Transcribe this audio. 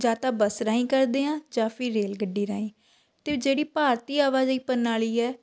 ਜਾਂ ਤਾਂ ਬੱਸ ਰਾਹੀਂ ਕਰਦੇ ਹਾਂ ਜਾਂ ਫਿਰ ਰੇਲ ਗੱਡੀ ਰਾਹੀਂ ਅਤੇ ਜਿਹੜੀ ਭਾਰਤੀ ਆਵਾਜਾਈ ਪ੍ਰਣਾਲੀ ਹੈ